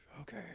Okay